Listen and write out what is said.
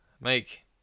Mike